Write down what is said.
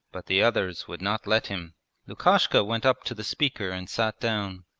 but the others would not let him lukashka went up to the speaker, and sat down.